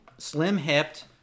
Slim-hipped